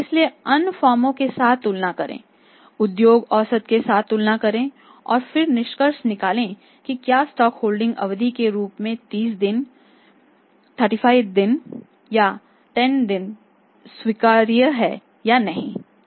इसलिए अन्य फर्मों के साथ तुलना करें उद्योग औसत के साथ तुलना करें और फिर निष्कर्ष निकालें कि क्या स्टॉक होल्डिंग अवधि के रूप में 30 दिन 35 दिन या 10 दिन स्वीकार्य है या नहीं